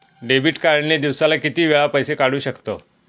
Debit card ने दिवसाला किती वेळा पैसे काढू शकतव?